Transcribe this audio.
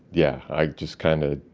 yeah i just kind of